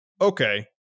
Okay